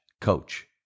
coach